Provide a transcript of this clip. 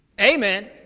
Amen